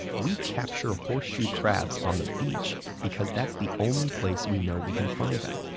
we capture horseshoe crabs on the beach because that's the only place we know we can find them.